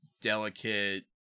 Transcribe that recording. delicate